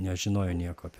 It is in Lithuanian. nežinojo nieko apie